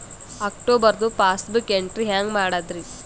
ಅಕ್ಟೋಬರ್ದು passbook entry ಹೆಂಗ್ ಮಾಡದ್ರಿ?